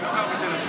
אני לא גר בתל אביב,